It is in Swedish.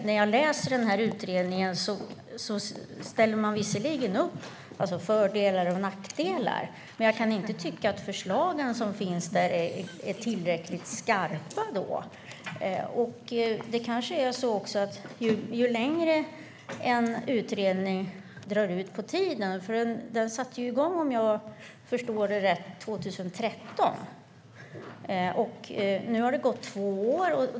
När jag läser utredningen framkommer fördelar och nackdelar, men jag kan inte tycka att förslagen är tillräckligt skarpa. Vad jag förstår startade utredningen 2013, och nu har det gått två år.